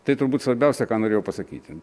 tai turbūt svarbiausia ką norėjau pasakyti